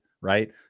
right